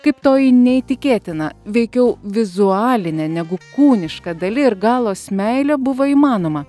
kaip toji neįtikėtina veikiau vizualinė negu kūniška dali ir galos meilė buvo įmanoma